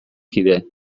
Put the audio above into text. kide